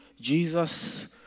Jesus